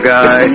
Guy